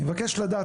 אני מבקש לדעת,